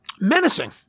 menacing